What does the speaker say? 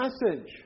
message